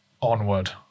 Onward